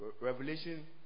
Revelation